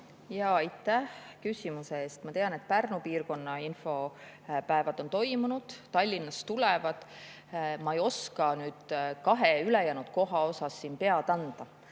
Aitäh küsimuse eest! Ma tean, et Pärnu piirkonna infopäevad on toimunud, Tallinnas tulevad. Ma ei oska nüüd kahe ülejäänud koha osas siin pead anda,